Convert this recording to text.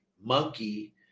monkey